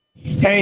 Hey